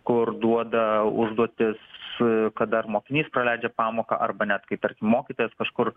kur duoda užduotis su kada mokinys praleidžia pamoką arba net kai per mokytojas kažkur